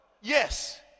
Yes